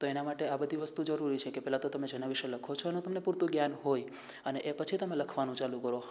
તો એના માટે આ બધી વસ્તુ જરૂરી છે કે પહેલા તો તમે જેના વિષે લખો છોને તમને પૂરતું જ્ઞાન હોય અને એ પછી તમે લખવાનું ચાલુ કરો